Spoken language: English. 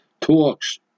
talks